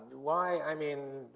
why, i mean,